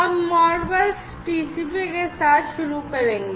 हम Modbus TCP के साथ शुरू करेंगे